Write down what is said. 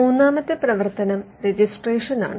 മൂന്നാമത്തെ പ്രവർത്തനം രജിസ്ട്രേഷനാണ്